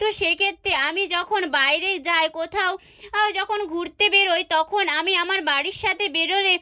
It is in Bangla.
তো সেক্ষেত্রে আমি যখন বাইরে যাই কোথাও আও যখন ঘুরতে বেরোই তখন আমি আমার বাড়ির সাথে বেরোলে